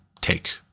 take